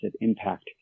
impact